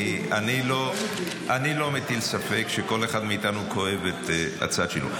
אני לא מטיל ספק שכל אחד מאיתנו כואב את הצד שלו.